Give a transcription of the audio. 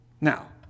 Now